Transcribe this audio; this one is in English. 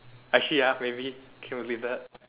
actually ya maybe it would be bad